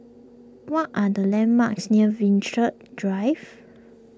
what are the landmarks near Drive